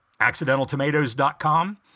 accidentaltomatoes.com